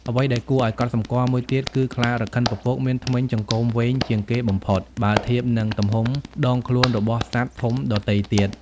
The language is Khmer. អ្វីដែលគួរឲ្យកត់សម្គាល់មួយទៀតគឺ ខ្លារខិនពពកមាន ធ្មេញចង្កូមវែងជាងគេបំផុត បើធៀបនឹងទំហំដងខ្លួនរបស់សត្វធំដទៃទៀត។